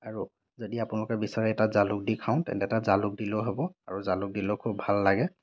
আৰু যদি আপোনালোকে বিচাৰে তাত জালুক দি খাওঁ তেন্তে তাত জালুক দিলেও হ'ব আৰু জালুক দিলেও খুব ভাল লাগে